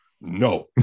no